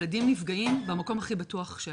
ילדים נפגעים במקום הכי בטוח שלהם.